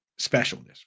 specialness